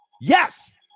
Yes